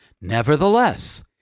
Nevertheless